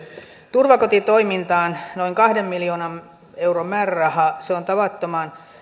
turvakotitoimintaan noin kahden miljoonan euron määräraha se on tavattoman